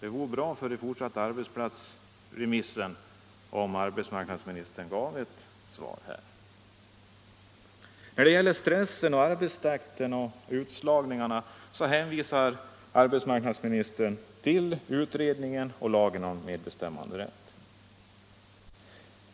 Det vore bra för den fortsatta arbetsplatsremissen om arbetsmarknadsministern här gav ett svar. När det gäller stressen, arbetstakten och utslagningarna hänvisar arbetsmarknadsministern till utredningen och till lagen om medbestämmanderätt.